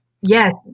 yes